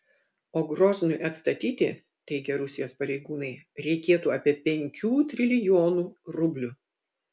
o groznui atstatyti teigia rusijos pareigūnai reikėtų apie penkių trilijonų rublių